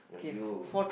but you